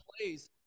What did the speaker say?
plays